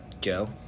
Joe